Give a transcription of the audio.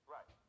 Right